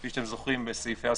כפי שאתם זוכרים בסעיפי ההסמכות,